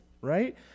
right